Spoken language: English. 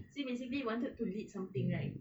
see basically you wanted to lead something right